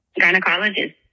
gynecologist